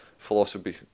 philosophy